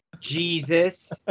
Jesus